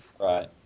right